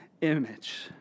image